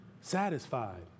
satisfied